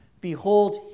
Behold